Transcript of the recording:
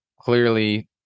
clearly